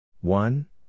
one